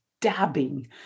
dabbing